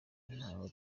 natwe